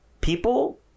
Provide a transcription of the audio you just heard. people